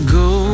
go